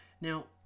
Now